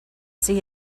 see